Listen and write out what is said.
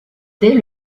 dès